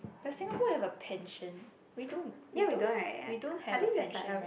does Singapore have a pension we don't we don't we don't have a pension [right]